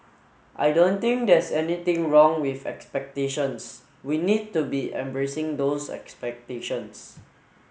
I don't think there's anything wrong with expectations we need to be embracing those expectations